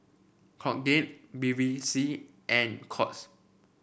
Colgate Bevy C and Courts